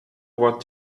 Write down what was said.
what